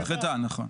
נדחתה, נכון.